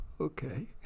okay